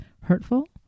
hurtful